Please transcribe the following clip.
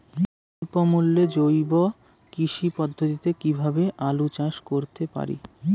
স্বল্প মূল্যে জৈব কৃষি পদ্ধতিতে কীভাবে আলুর চাষ করতে পারি?